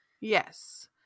Yes